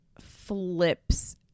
flips